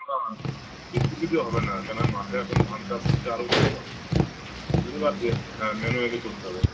না জেসি জেসিপি দিয়ে হবে না কেন মাঠে এখন ধান চাষ হচ্ছে আর হচ্ছে তো লেবার দিয়ে হ্যাঁ ম্যানুয়ালি করতে হবে